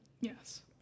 Yes